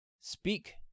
speak